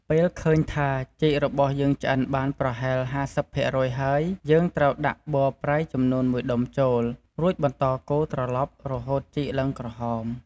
ពេលឃើញថា ចេករបស់យើងឆ្អិនបានប្រហែល ៥០ ភាគរយ ហើយ យើងត្រូវដាក់ប័រប្រៃចំនួន១ដុំចូល រួចបន្ដកូរត្រឡប់រហូតចេកឡើងក្រហម។